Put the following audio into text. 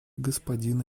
господина